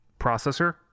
processor